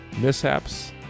mishaps